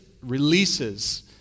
releases